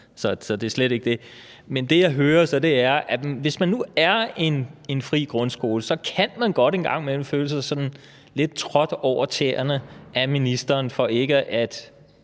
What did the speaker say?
så det er slet ikke det. Men det, jeg hører, er, at hvis man nu er en fri grundskole, kan man godt en gang imellem føle sig sådan lidt trådt over tæerne af ministeren ved ikke at